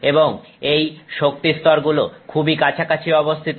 এবং এই শক্তিস্তর গুলো খুবই কাছাকাছি অবস্থিত